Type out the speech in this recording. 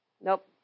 nope